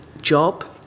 job